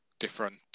different